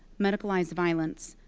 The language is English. medicalized violence,